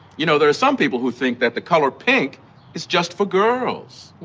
you know, there are some people who think that the color pink is just for girls.